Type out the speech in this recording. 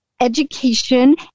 education